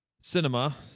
cinema